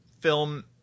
film